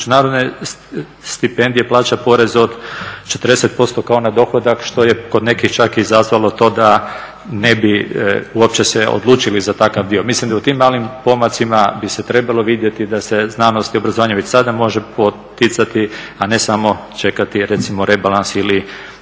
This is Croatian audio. na međunarodne stipendije plaća porez od 40% kao na dohodak, što je kod nekih čak izazvalo to da ne bi uopće se odlučili za takav dio. Mislim da u tim malim pomacima bi se trebalo vidjeti da se znanost i obrazovanje već sada može poticati, a ne samo čekati recimo rebalans ili